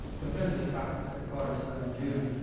defenders conference at carter center in june.